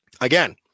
Again